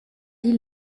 die